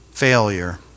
Failure